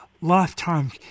lifetime